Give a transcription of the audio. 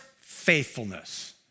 faithfulness